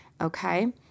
Okay